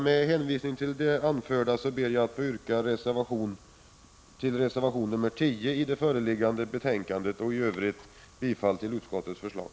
Med det anförda ber jag att få yrka bifall till reservation 10 vid föreliggande betänkande och i övrigt till utskottets förslag.